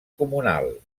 comunal